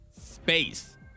space